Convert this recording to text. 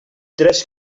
tres